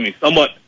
somewhat